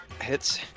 Hits